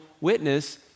witness